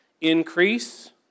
increase